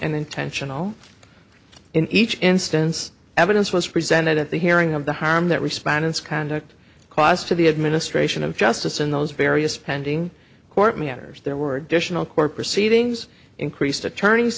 and intentional in each instance evidence was presented at the hearing of the harm that respondents conduct cost to the administration of justice in those various pending court meanders there were additional court proceedings increased attorney